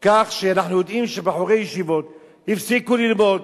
כך שאנחנו יודעים שבחורי ישיבות הפסיקו ללמוד